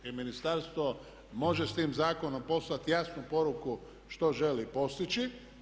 I ministarstvo može s tim zakonom poslati jasnu poruku što želi postići.